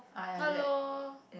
hello